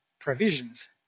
provisions